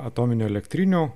atominių elektrinių